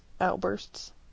outbursts